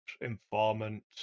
informant